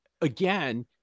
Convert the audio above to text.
again